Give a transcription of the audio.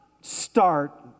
start